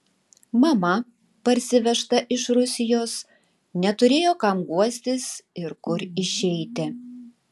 mama parsivežta iš rusijos neturėjo kam guostis ir kur išeiti